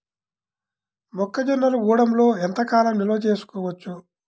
మొక్క జొన్నలు గూడంలో ఎంత కాలం నిల్వ చేసుకోవచ్చు?